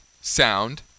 sound